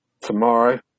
tomorrow